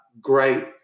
great